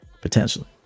Potentially